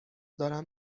دارم